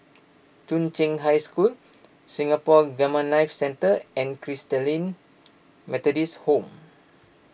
Chung Cheng High School Singapore Gamma Knife Centre and Christalite Methodist Home